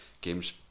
games